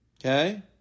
Okay